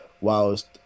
whilst